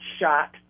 shot